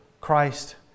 Christ